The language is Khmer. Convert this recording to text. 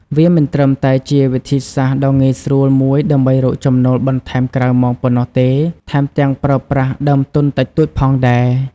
វាមិនត្រឹមតែជាវិធីសាស្ត្រដ៏ងាយស្រួលមួយដើម្បីរកចំណូលបន្ថែមក្រៅម៉ោងប៉ុណ្ណោះទេ ថែមទាំងប្រើប្រាស់ដើមទុនតិចតួចផងដែរ។